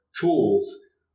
tools